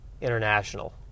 International